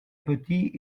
petit